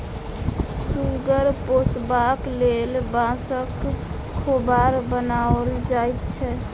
सुगर पोसबाक लेल बाँसक खोभार बनाओल जाइत छै